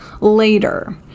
later